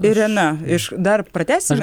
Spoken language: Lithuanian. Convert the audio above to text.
irena iš dar pratęsime